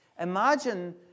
Imagine